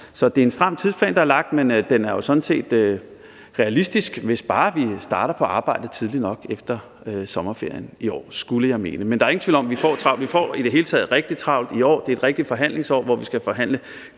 Så det er en stram tidsplan, der er lagt, men den er jo sådan set realistisk, hvis bare vi starter på arbejdet tidligt nok efter sommerferien i år, skulle jeg mene. Men der er ingen tvivl om, at vi får travlt. Vi får i det hele taget rigtig travlt i år, for det er et rigtigt forhandlingsår, hvor vi skal forhandle